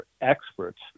experts